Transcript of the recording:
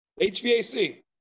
HVAC